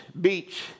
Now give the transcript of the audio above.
Beach